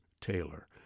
Taylor